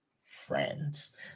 friends